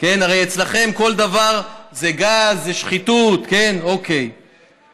הרי אצלכם כל דבר בגז זה שחיתות: התנהלות